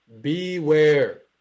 beware